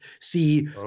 See